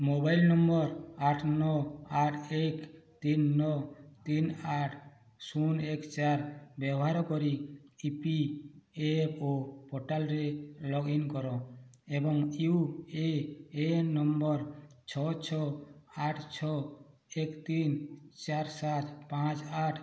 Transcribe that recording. mobile number ଆଠ ନଅ ଆଠ ଏକ ତିନି ନଅ ତିନି ଆଠ ଶୂନ ଏକ ଚାରି ବ୍ୟବହାର କରି ଇ ପି ଏଫ୍ ଓ ପୋର୍ଟାଲ୍ରେ ଲଗ୍ ଇନ୍ କର ଏବଂ ୟୁ ଏ ଏନ୍ ନମ୍ବର ଛଅ ଛଅ ଆଠ ଛଅ ଏକ ତିନି ଚାରି ସାତ ପାଞ୍ଚ ଆଠ